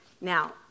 Now